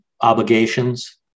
obligations